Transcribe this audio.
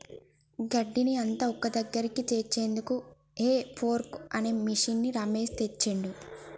గడ్డిని అంత ఒక్కదగ్గరికి చేర్చేందుకు హే ఫోర్క్ అనే మిషిన్ని రమేష్ తెచ్చిండు